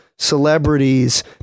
celebrities